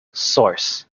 source